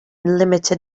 limited